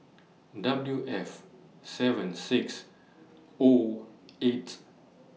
W F seven six O eight